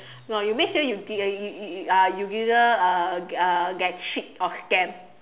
no you make sure you you you you uh you either uh uh get cheat or scam